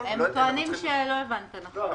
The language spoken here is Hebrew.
הם טוענים שלא הבנת נכון.